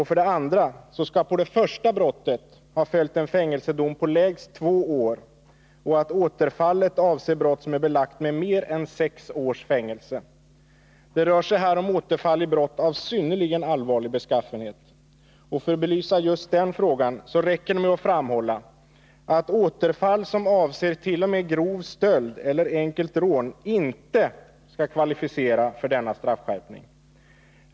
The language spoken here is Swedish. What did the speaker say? För det andra skall på det första brottet ha följt en fängelsedom på lägst två år, och återfallet skall avse brott som är belagt med mer än sex års fängelse. Det rör sig här om återfall i brott av synnerligen allvarlig beskaffenhet. För att belysa just den frågan räcker det med att framhålla att återfall som avser t.o.m. grov stöld eller enkelt rån inte skall kvalificera för denna straffskärpning.